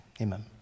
Amen